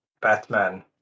Batman